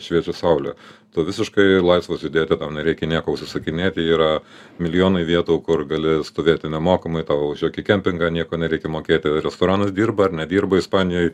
šviečia saulė tu visiškai laisvas judėti tau nereikia nieko užsisakinėti yra milijonai vietų kur gali stovėti nemokamai tau už jokį kempingą nieko nereikia mokėti restoranas dirba ar nedirba ispanijoj